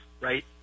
right